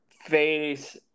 face